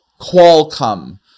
qualcomm